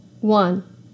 one